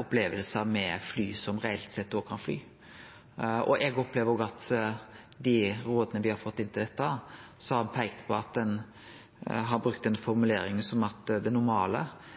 opplevingar med fly som reelt sett òg kan fly. Eg opplever at i dei råda me har fått inn til dette, har ein brukt ei formulering om at det normale er å ikkje ha det, men her vil ein følgje opp det som